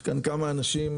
יש כאן כמה אנשים